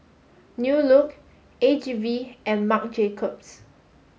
New Look A G V and Marc Jacobs